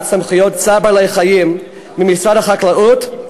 סמכויות חוק צער בעלי-חיים ממשרד החקלאות,